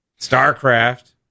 Starcraft